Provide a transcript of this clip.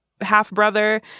half-brother